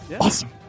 Awesome